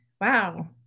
wow